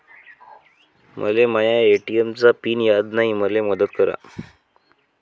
मले माया ए.टी.एम चा पिन याद नायी, मले मदत करा